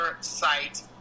site